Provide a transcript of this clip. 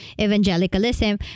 Evangelicalism